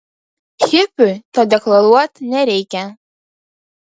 hipiui to deklaruot nereikia